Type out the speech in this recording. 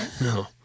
No